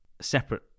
separate